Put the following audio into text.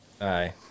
Aye